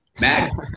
Max